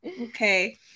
Okay